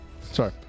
Sorry